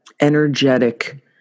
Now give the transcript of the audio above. energetic